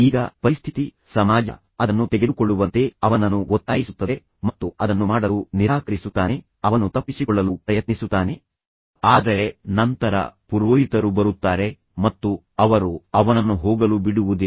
ಈಗ ಪರಿಸ್ಥಿತಿ ಸಮಾಜ ಅದನ್ನು ತೆಗೆದುಕೊಳ್ಳುವಂತೆ ಅವನನ್ನು ಒತ್ತಾಯಿಸುತ್ತದೆ ಮತ್ತು ಅದನ್ನು ಮಾಡಲು ನಿರಾಕರಿಸುತ್ತಾನೆ ಅವನು ತಪ್ಪಿಸಿಕೊಳ್ಳಲು ಪ್ರಯತ್ನಿಸುತ್ತಾನೆ ಆದರೆ ನಂತರ ಪುರೋಹಿತರು ಬರುತ್ತಾರೆ ಮತ್ತು ನಂತರ ಅವರು ಅವನನ್ನು ಹೋಗಲು ಬಿಡುವುದಿಲ್ಲ